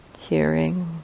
hearing